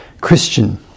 Christian